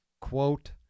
Quote